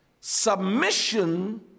submission